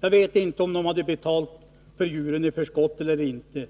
Jag vet inte om man hade betalat för djuren i förskott eller inte.